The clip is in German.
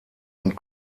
und